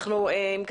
אם כך,